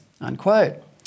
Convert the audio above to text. unquote